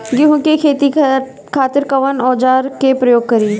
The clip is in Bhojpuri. गेहूं के खेती करे खातिर कवन औजार के प्रयोग करी?